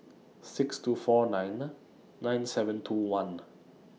six two four nine nine seven two one